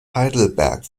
heidelberg